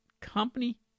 company